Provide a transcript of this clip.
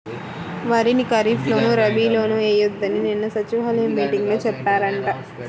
వరిని ఖరీప్ లోను, రబీ లోనూ ఎయ్యొద్దని నిన్న సచివాలయం మీటింగులో చెప్పారంట